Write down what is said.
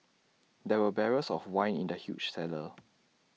there were barrels of wine in the huge cellar